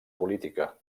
política